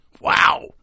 Wow